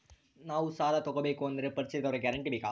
ನಾವು ಸಾಲ ತೋಗಬೇಕು ಅಂದರೆ ಪರಿಚಯದವರ ಗ್ಯಾರಂಟಿ ಬೇಕಾ?